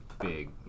big